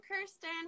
Kirsten